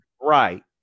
Right